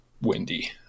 windy